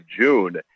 June